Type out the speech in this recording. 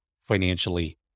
financially